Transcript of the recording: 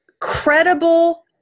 Credible